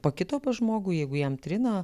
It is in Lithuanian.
pakito pas žmogų jeigu jam trina